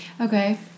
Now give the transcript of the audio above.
Okay